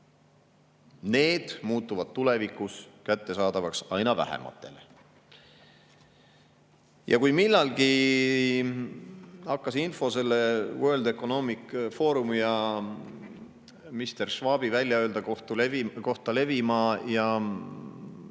Need muutuvad tulevikus kättesaadavaks aina vähematele. Kui millalgi hakkas info World Economic Forumi ja mister Schwabi väljaöeldu kohta levima ja